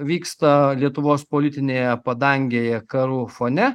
vyksta lietuvos politinėje padangėje karų fone